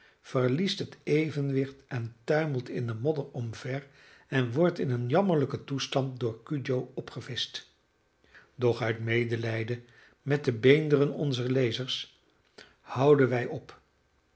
verliest het evenwicht en tuimelt in de modder omver en wordt in een jammerlijken toestand door cudjoe opgevischt doch uit medelijden met de beenderen onzer lezers houden wij op